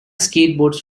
skateboards